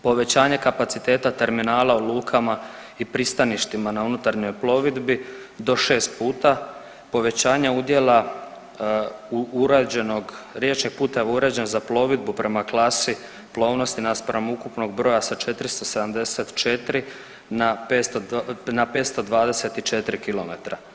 Povećanje kapaciteta terminala u lukama i pristaništima na unutarnjoj plovidbi do šest puta, povećanja udjela uređenog, riječni put uređen za plovidbu prema klasi plovnosti naspram ukupnog broja sa 474 na 524 kilometra.